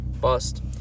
Bust